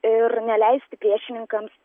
ir neleisti priešininkams